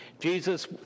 Jesus